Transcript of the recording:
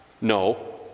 No